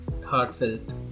heartfelt